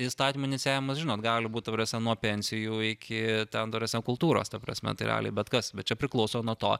įstatymų inicijavimas žinot gali būt ta prasme nuo pensijų iki ten ta prasme kultūros ta prasme tai realiai bet kas bet čia priklauso nuo to